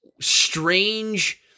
strange